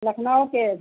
लखनऊ के